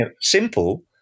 Simple